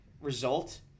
result